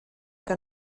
que